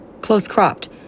close-cropped